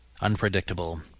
Unpredictable